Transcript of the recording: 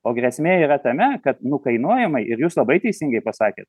o grėsmė yra tame kad nukainuojama ir jūs labai teisingai pasakėt